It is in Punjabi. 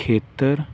ਖੇਤਰ